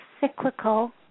cyclical